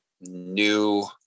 new